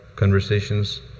conversations